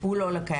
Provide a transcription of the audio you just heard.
הוא לא לוקח.